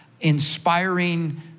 inspiring